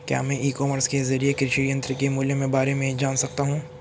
क्या मैं e commerce के ज़रिए कृषि यंत्र के मूल्य में बारे में जान सकता हूँ?